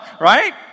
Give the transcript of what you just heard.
right